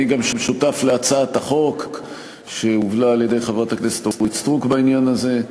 אני גם שותף להצעת החוק שהובילה חברת הכנסת אורית סטרוק בעניין הזה,